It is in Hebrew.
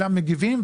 אלא מגיבים,